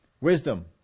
Wisdom